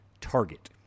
target